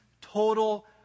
total